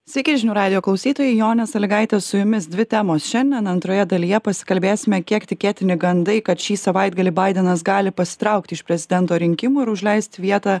sveiki žinių radijo klausytojai jonė salygaitė su jumis dvi temos šiandien antroje dalyje pasikalbėsime kiek tikėtini gandai kad šį savaitgalį baidenas gali pasitraukti iš prezidento rinkimų ir užleisti vietą